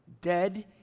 dead